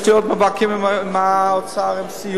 יש לי עוד מאבקים עם האוצר לגבי סיעוד,